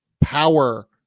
power